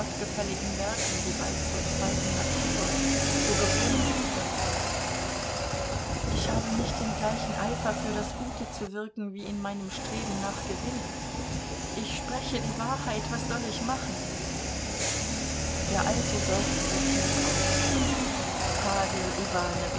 gottgefälligen werken die bald zur zweiten natur zur gewohnheit wird ich habe nicht den gleichen eifer für das gute zu wirken wie in meinem streben nach gewinn ich spreche die wahrheit was soll ich machen der alte seufzte tief auf pawel